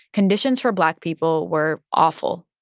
conditions for black people were awful.